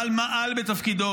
אבל הוא מעל בתפקידו,